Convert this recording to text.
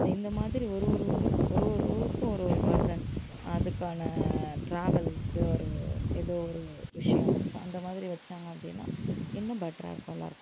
so இந்த மாதிரி ஒரு ஒரு ஊர் ஒரு ஒரு ஊருக்கும் ஒரு ஒரு பர்ஸன் அதற்கான ட்ராவல்க்கு ஒரு இது ஒரு விஷயம் ஸோ அந்தமாதிரி வச்சாங்க அப்படின்னா இன்னும் பெட்ராக இருக்கும் எல்லாருக்கும்